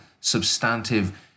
substantive